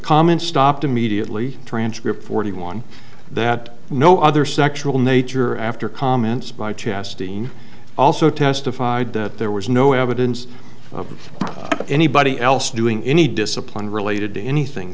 comment stopped immediately transcript forty one that no other sexual nature after comments by chastity and also testified that there was no evidence of anybody else doing any discipline related to anything